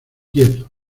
quietos